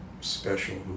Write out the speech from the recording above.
special